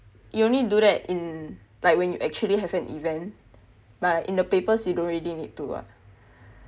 you only do that in like when you actually have an event but in the papers you don't really need to ah